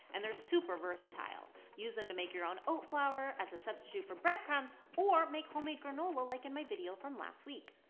and they're super versatile use them to make your own oat flour, as a substitute for breadcrumbs, or make homemade granola like in my video from last week!